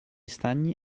stagni